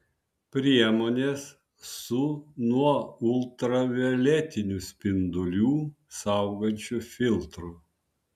priemonės su nuo ultravioletinių spindulių saugančiu filtru